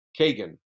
Kagan